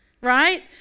right